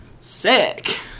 Sick